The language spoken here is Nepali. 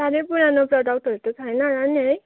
साह्रै पुरानो प्रोडक्टहरू त छैन होला नि है